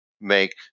make